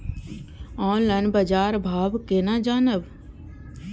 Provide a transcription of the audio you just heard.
Online बाजार भाव केना जानब?